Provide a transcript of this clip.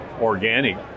organic